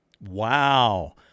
Wow